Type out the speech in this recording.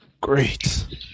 Great